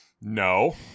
No